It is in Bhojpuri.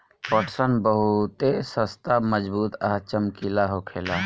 पटसन बहुते सस्ता मजबूत आ चमकीला होखेला